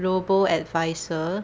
global advisor